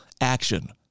action